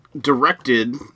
directed